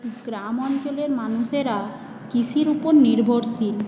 গ্রাম অঞ্চলের মানুষরা কৃষির ওপর নির্ভরশীল